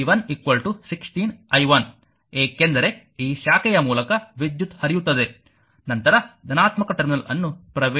ಆದ್ದರಿಂದ v116i1 ಏಕೆಂದರೆ ಈ ಶಾಖೆಯ ಮೂಲಕ ವಿದ್ಯುತ್ ಹರಿಯುತ್ತದೆ ನಂತರ ಧನಾತ್ಮಕ ಟರ್ಮಿನಲ್ ಅನ್ನು ಪ್ರವೇಶಿಸುತ್ತದೆ